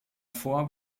fort